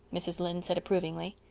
mrs. lynde said approvingly.